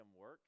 work